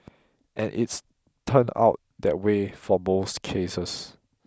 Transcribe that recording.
and it's turned out that way for most cases